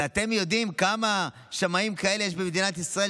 ואתם יודעים כמה שמאים כאלה יש במדינת ישראל,